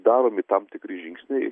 daromi tam tikri žingsniai